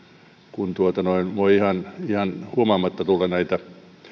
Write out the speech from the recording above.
kun voi ihan ihan huomaamatta tulla näitä